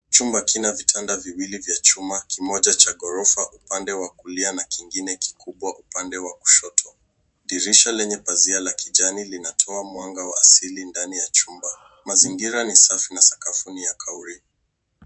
Jumba kina vitinda viwili vya chuma, kimoja cha gorofa upande wa kulia na kingine kikubwa upande wa kushoto. Dirisha lenye pazia la kijani linatoa mwanga wa asili ndani ya jumba. Mazingira ni safi na sakafu ni ya kauri.